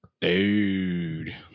Dude